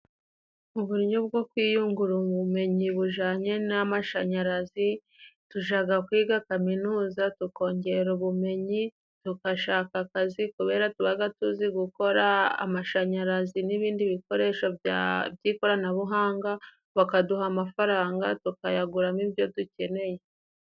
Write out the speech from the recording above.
Uburyo bwo kwiyungura ubumenyi bujananye n'amashanyarazi tujaga kwiga kaminuza tukongera ubumenyi, tugashaka akazi kubera tubaga tuzi gukora amashanyarazi n'ibindi bikoresho by'ikoranabuhanga, bakaduha amafaranga tukayaguramo ibyo dukeneye.